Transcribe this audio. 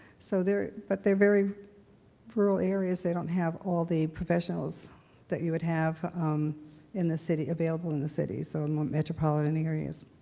so there, but in very rural areas, they don't have all the professionals that you would have in the city available in the city. so, and more metropolitan areas.